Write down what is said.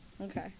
Okay